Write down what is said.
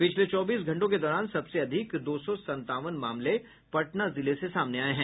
पिछले चौबीस घंटों के दौरान सबसे अधिक दो सौ संतावन मामले पटना जिले से सामने आये हैं